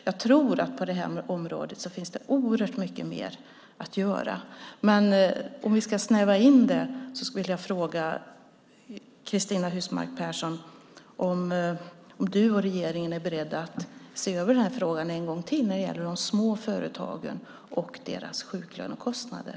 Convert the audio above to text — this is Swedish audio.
Jag tror att det finns oerhört mycket mer att göra på det här området. Om vi ska snäva in det vill jag fråga Cristina Husmark Pehrsson om hon och regeringen är beredda att se över den här frågan en gång till när det gäller de små företagen och deras sjuklönekostnader.